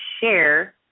share